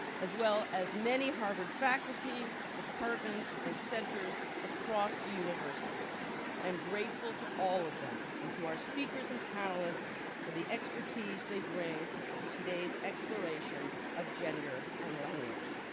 as well as many harvard faculty, departments, and centers across the university. i am grateful to all of them and to our speakers and panelists for the expertise they bring to today's exploration of gender and language.